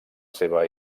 seva